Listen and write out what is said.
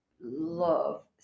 love